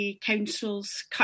councils